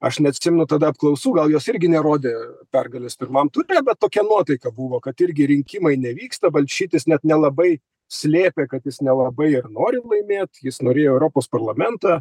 aš neatsimenu tada apklausų gal jos irgi nerodė pergalės pirmam ture bet tokia nuotaika buvo kad irgi rinkimai nevyksta balčytis net nelabai slėpė kad jis nelabai ir nori laimėt jis norėjo į europos parlamentą